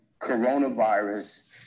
coronavirus